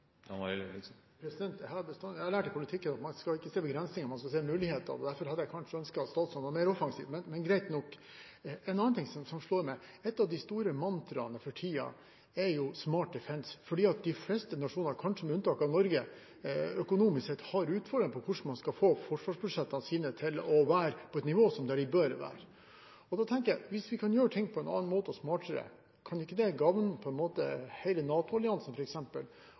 Jeg har lært i politikken at man ikke skal se begrensninger, man skal se muligheter. Derfor hadde jeg kanskje ønsket at statsråden var mer offensiv, men greit nok. En annen ting som slår meg, er at et av de store mantraene for tiden jo er «smart defence», fordi de fleste nasjoner – kanskje med unntak av Norge – økonomisk sett har utfordringer med hvordan man skal få forsvarsbudsjettene sine til å være på et nivå de bør være. Da tenker jeg: Hvis vi kan gjøre ting på en annen måte, smartere, kan ikke det gagne f.eks. hele NATO-alliansen? Kan statsråden tenke seg en mer utradisjonell måte